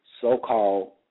so-called